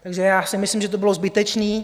Takže já si myslím, že to bylo zbytečné.